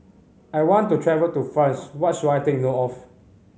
I want to travel to France what should I take note of